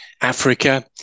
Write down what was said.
Africa